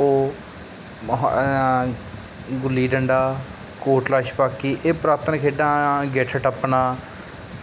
ਉਹ ਅਹ ਗੁੱਲੀ ਡੰਡਾ ਕੋਟਲਾ ਛਪਾਕੀ ਇਹ ਪੁਰਾਤਨ ਖੇਡਾਂ ਗਿੱਠ ਟੱਪਣਾ